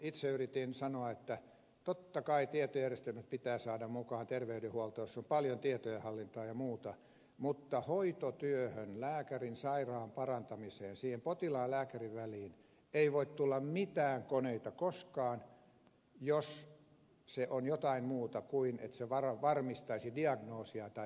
itse yritin tuolloin sanoa että totta kai tietojärjestelmät pitää saada mukaan terveydenhuoltoon jossa on paljon tietojenhallintaa ja muuta mutta hoitotyöhön lääkärin sairaan parantamiseen siihen potilaan ja lääkärin väliin ei voi tulla mitään koneita koskaan jos se on jotain muuta kuin että se varmistaisi diagnoosia tai parantaisi sitä hoitoa